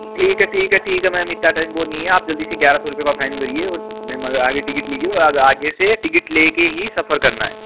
ठीक है ठीक है ठीक है मेम इतना टाइम वह नहीं है आप जल्दी से ग्यारह सौ रुपये का फाइन भरिए और आगे टिकट लीजिए और आगे से लेकर ही सफ़र करना है